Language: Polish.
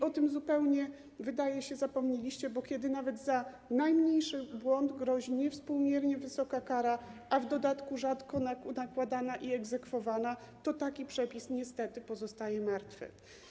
O tym zupełnie, wydaje się, zapomnieliście, bo kiedy nawet za najmniejszy błąd grozi niewspółmiernie wysoka kara, a w dodatku rzadko nakładana i egzekwowana, to taki przepis niestety pozostaje martwy.